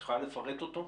את יכולה לפרט אותו?